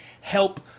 help